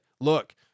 look